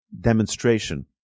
demonstration